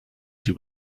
she